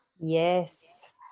Yes